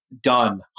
done